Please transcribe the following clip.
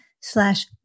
slash